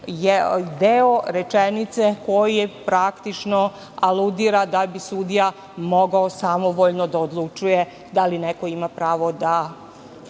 deo rečenice koji praktično aludira da bi sudija mogao samovoljno da odlučuje da li neko ima pravo da